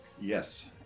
Yes